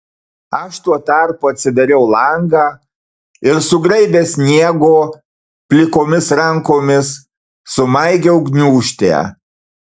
aš tuo tarpu atsidariau langą ir sugraibęs sniego plikomis rankomis sumaigiau gniūžtę